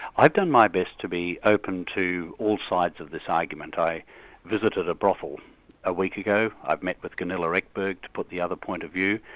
i've done my best to be open to all sides of this argument. i visited a brothel a week ago i've met with gunilla ekberg to put the other point of view.